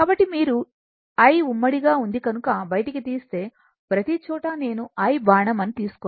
కాబట్టి మీరు I ఉమ్మడి గా ఉంది కనుక బయటకి తీస్తే ప్రతిచోటా నేను I బాణం అని తీసుకోను